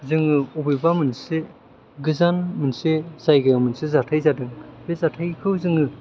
जोङो अबेबा मोनसे गोजान मोनसे जायगायाव मोनसे जाथाय जादों बे जाथायखौ जोङो